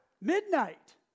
midnight